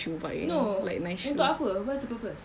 no untuk apa what's the purpose